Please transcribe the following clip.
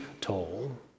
toll